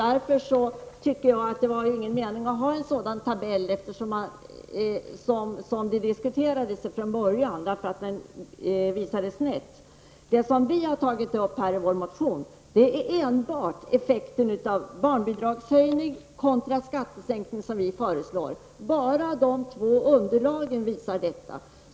Därför tyckte jag inte att det var någon mening med att ha en sådan tabell. Det som vi har tagit upp i vår motion är enbart effekten av barnbidragshöjning kontra effekten av skattesänkning, som vi föreslår. Bara de två underlagen ger de effekter som jag har redovisat.